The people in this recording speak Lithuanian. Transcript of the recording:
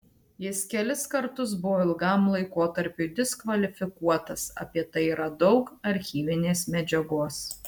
jis kelis kartus buvo ilgam laikotarpiui diskvalifikuotas apie tai yra daug archyvinės medžiagos